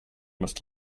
must